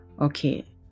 okay